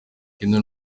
ikindi